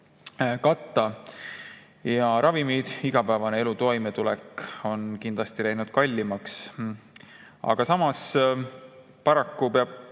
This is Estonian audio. katta. Ravimid, igapäevane elu ja toimetulek on kindlasti läinud kallimaks. Samas, paraku peab